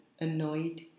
annoyed